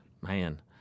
man